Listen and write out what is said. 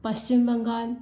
Paschim Bengal